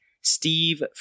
Steve